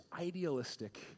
idealistic